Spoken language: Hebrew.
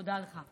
תודה לך.